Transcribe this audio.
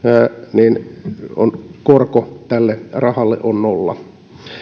korko tälle rahalle on nolla tämä